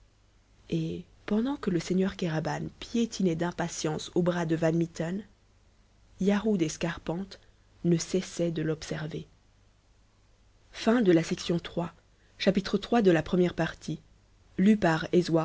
et pendant que le seigneur kéraban piétinait d'impatience au bras de van mitten yarhud et scarpante ne cessaient de l'observer